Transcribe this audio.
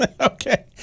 Okay